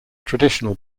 traditional